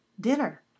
dinner